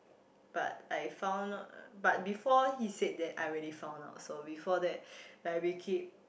but I found out but before he said that I already found out so before that like we keep